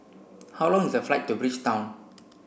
how long is a flight to Bridgetown